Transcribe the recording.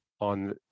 on